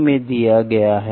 तो द्रव है जो बह रहा है